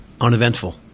uneventful